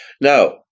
Now